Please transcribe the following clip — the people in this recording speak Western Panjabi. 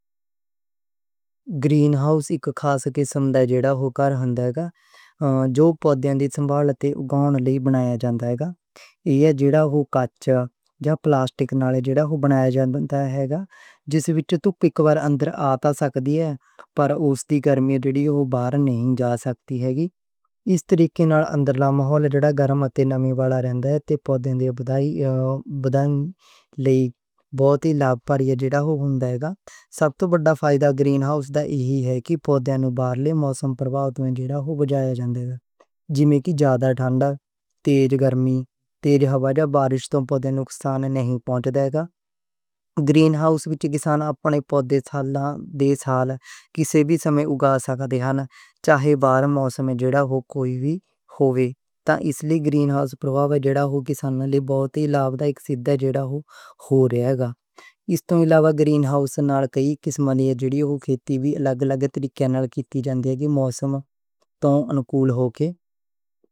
گرین ہاؤس اک خاص قسم دا جڑا ہوندا ہے گا۔ جو پودیاں دی سنبھال تے اگاؤن لئی بنایا جاندا ہے گا۔ ایہ جیہڑا کانچ یا پلاسٹک نالے جیہڑا بنایا جاندا ہے گا۔ جس وچ دے پردے کھل سکدے نیں پر اس دی گرمی جو باہر نہیں نکل سکدی ہوندی۔ اس طریقے نال اندر دا ماحول زیادہ گرم اتے نمی وڈا رہندا ہے، اتے پودے دے بڑھن لئی بہت ہی لاہکاری ہے گا۔ سب توں وڈا فائدہ گرین ہاؤس دا ایہ ہی ہے کہ پودے نوں باہرلے موسم دی پرواہ نہیں ہوندی، جے تیز ٹھنڈ، تیز گرمی تے تیز بارش ہووے، پودے نوں نقصان نہ ہوندا۔ گرین ہاؤس وچ کسان اپنے پودے انسار دن کسی وی سمے اگا سکدے نیں۔ چاہے باہر موسم جو ہو، کوئی وی ہوئے۔ تے ایس لئی گرین ہاؤس کسان نوں بہت لاہکاری ہو جاندا ہے گا۔ گرین ہاؤس نال الگ الگ طریقے وچ موسم انکول کاشتکاری کیتی جان دی ہے۔